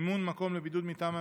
(מימון מקום לבידוד מטעם המדינה),